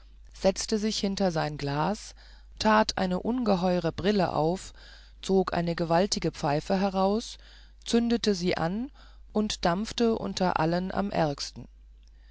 setzte sich hinter sein glas tat eine ungeheure brille auf zog eine gewaltige pfeife heraus zündete sie an und dampfte unter allen am ärgsten